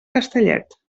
castellet